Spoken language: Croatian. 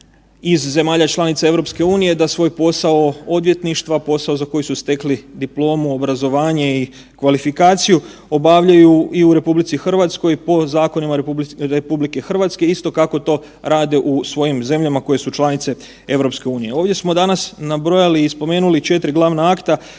iz zemalja članica EU da svoj posao odvjetništva, posao za koji su stekli diplomu, obrazovanje i kvalifikaciju obavljaju i u RH po zakonima RH, isto kako to rade u svojim zemljama koje su članice EU. Ovdje smo danas nabrojali i spomenuli 4 glavna akta,